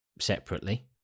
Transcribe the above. separately